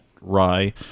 rye